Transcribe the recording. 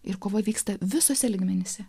ir kova vyksta visuose lygmenyse